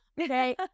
okay